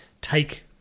take